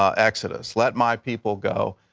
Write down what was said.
um exodus let my people go.